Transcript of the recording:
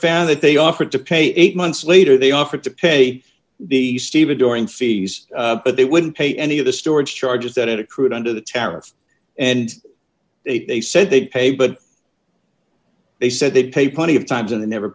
found that they offered to pay eight months later they offered to pay the stevedoring fees but they wouldn't pay any of the storage charges that had accrued under the tariffs and they said they'd pay but they said they'd pay plenty of times and they never